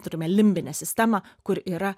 turime limbinę sistemą kur yra